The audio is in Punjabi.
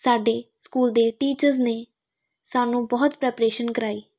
ਸਾਡੇ ਸਕੂਲ ਦੇ ਟੀਚਰਸ ਨੇ ਸਾਨੂੰ ਬਹੁਤ ਪ੍ਰਪਰੇਸ਼ਨ ਕਰਾਈ